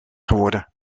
geworden